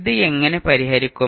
ഇത് എങ്ങനെ പരിഹരിക്കും